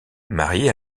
marié